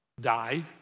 die